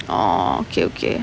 orh okay okay